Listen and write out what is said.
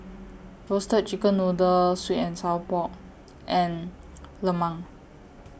Roasted Chicken Noodle Sweet and Sour Pork and Lemang